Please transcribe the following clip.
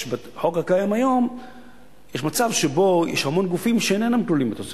בחוק הקיים היום יש מצב שהמון גופים אינם כלולים בתוספת.